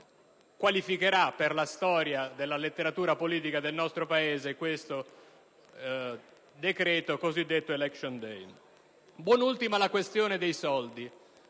qualificherà per la storia della letteratura politica del nostro Paese questo decreto relativo al cosiddetto *election day.* Non ultima è la questione dei soldi: